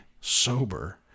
sober